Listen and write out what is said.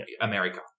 America